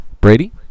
Brady